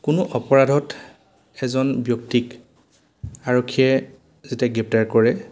কোনো অপৰাধত এজন ব্যক্তিক আৰক্ষীয়ে যেতিয়া গ্ৰেপ্তাৰ কৰে